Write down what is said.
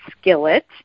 Skillet